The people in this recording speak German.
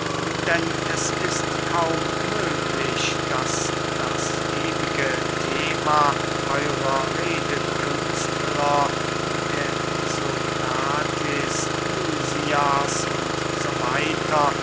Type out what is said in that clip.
denn es ist kaum möglich daß das ewige thema euerer redekünstler der isokrates lysias u s w